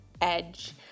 edge